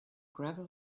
gravel